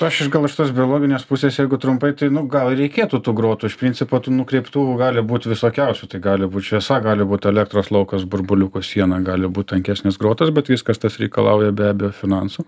aš iš gal iš tos biologinės pusės jeigu trumpai tai nu gal ir reikėtų tų grotų iš principo tų nukreiptų gali būt visokiausių tai gali būt šviesa gali būt elektros laukas burbuliukų siena gali būt tankesnis grotos bet viskas tas reikalauja be abejo finansų